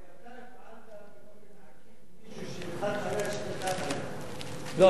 כי אתה הפעלת באופן עקיף מישהו שילחץ, לא,